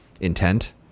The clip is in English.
intent